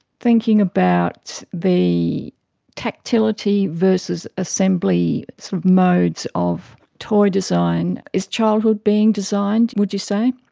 thinking about the tactility versus assembly sort of modes of toy design, is childhood being designed, would you say?